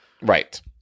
Right